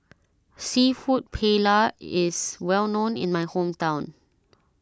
Seafood Paella is well known in my hometown